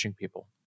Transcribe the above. people